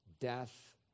death